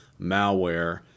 malware